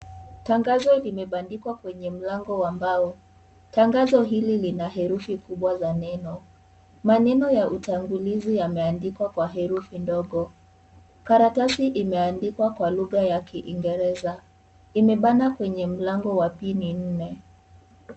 Tangazo limebandikwa kwenye mlango wa mbao. Tangazo hili lina herufi kubwa za neno. Maneno ya utangulizi yameandikwa kwa herufi ndogo. Karatasi imeandikwa kwa lugha ya kiingereza. Imebana kwenye mlango wa pili nne.